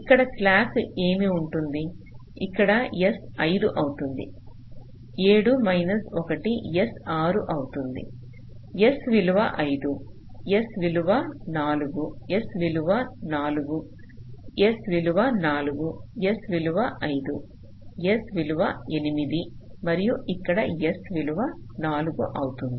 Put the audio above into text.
ఇక్కడ స్లాక్ ఏమి ఉంటుంది ఇక్కడ S 5 అవుతుంది 7 మైనస్ 1 S 6 అవుతుంది S విలువ 5 S విలువ 4 S విలువ 4 S విలువ 4 S విలువ 5 S విలువ 8 మరియు ఇక్కడ S విలువ 4 అవుతుంది